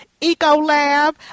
Ecolab